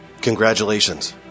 Congratulations